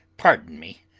pardon me,